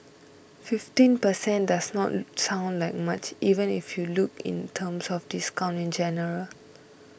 fifteen per cent does not sound like much even if you look in terms of discount in general